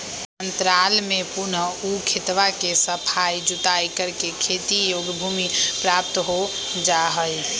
अंतराल में पुनः ऊ खेतवा के सफाई जुताई करके खेती योग्य भूमि प्राप्त हो जाहई